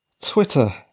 Twitter